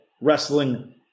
Wrestling